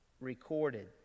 recorded